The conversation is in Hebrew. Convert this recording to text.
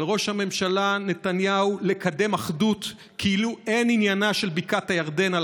על ראש הממשלה נתניהו לקדם אחדות כאילו אין עניינה של בקעת הירדן על